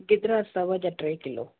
गिदरा सव जा टे किलो